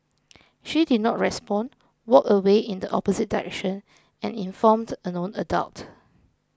she did not respond walked away in the opposite direction and informed a known adult